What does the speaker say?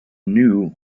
knew